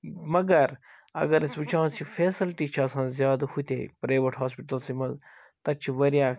مگر اگر أسۍ وُچھان چھِ فیسَلٹی چھِ آسان زیادٕ ہُتے پریویٹ ہاسپِٹَلسٕے مَنٛز تتہِ چھ واریاہ